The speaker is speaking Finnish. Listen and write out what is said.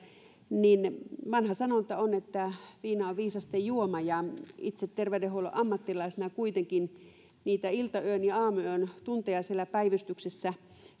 vanha sanonta on että viina on viisasten juoma ja itse terveydenhuollon ammattilaisena niitä iltayön ja aamuyön tunteja siellä päivystyksessä